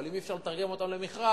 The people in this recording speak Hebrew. אבל אם אי-אפשר לתרגם אותה למכרז,